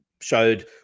showed